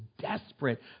desperate